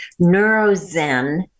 neurozen